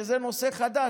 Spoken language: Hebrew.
שזה נושא חדש,